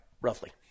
Roughly